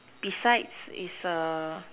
beside is a